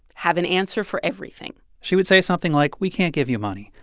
have an answer for everything she would say something like, we can't give you money.